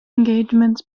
engagements